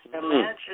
imagine